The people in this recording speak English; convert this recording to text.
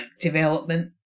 development